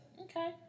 okay